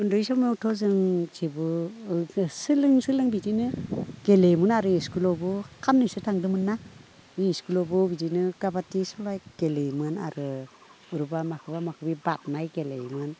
उन्दै समावथ' जों जेबो सोलों सोलों बिदिनो गेलेयोमोन आरो स्कुलावबो साननैसो थांदोंमोन ना बे स्कुलावबो बिदिनो खाबादि सराय गेलेयोमोन आरो ग्रुपमाव माखोबा माखोबि बारनाय गेलेयोमोन